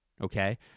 okay